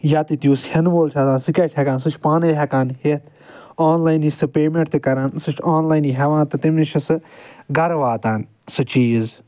ییٚتٚیتھ یُس ہٮ۪نہٕ وول چھُ آسان سُہ کیٚاہ چھُ ہٮ۪کان سُہ چھُ پانے ہٮ۪کان ہٮ۪تھ آنلاینٕے چھُ سُھ پٮ۪مٮ۪نٹ تہِ کران سُہ چھُ آنلاینٕے ہٮ۪وان تہِ تٔمِس چھُ سُہ گرٕ واتان سُہ چیٖز